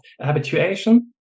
Habituation